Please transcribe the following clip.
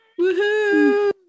Woohoo